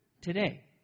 Today